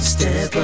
Step